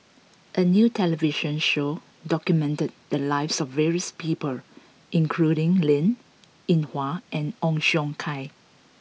a new television show documented the lives of various people including Linn In Hua and Ong Siong Kai